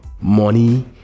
money